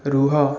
ରୁହ